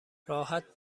راحت